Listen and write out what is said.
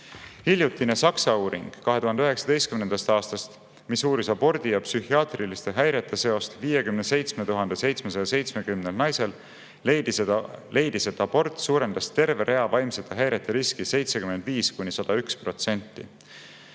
Hiljutine Saksa uuring, 2019. aastast, milles uuriti abordi ja psühhiaatriliste häirete seost 57 770 naisel, leidis, et abort suurendas terve rea vaimsete häirete riski 75–101%.